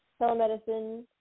telemedicine